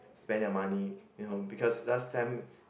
spend their money you know because last time